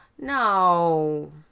No